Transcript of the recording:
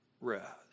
rest